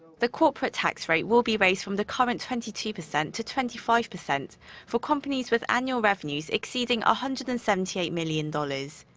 the corporate tax rate will be raised from the current twenty two percent to twenty five percent for companies with annual revenues exceeding one hundred and seventy eight million dollars.